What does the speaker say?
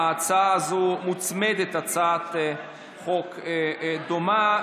להצעה הזאת מוצמדת הצעת חוק דומה.